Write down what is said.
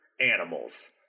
Animals